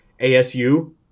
ASU